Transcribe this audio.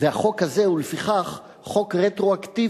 והחוק הזה הוא לפיכך חוק רטרואקטיבי.